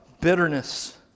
bitterness